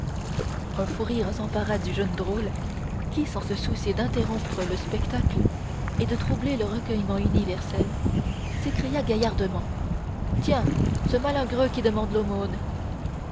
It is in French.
un fou rire s'empara du jeune drôle qui sans se soucier d'interrompre le spectacle et de troubler le recueillement universel s'écria gaillardement tiens ce malingreux qui demande l'aumône